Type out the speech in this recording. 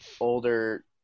older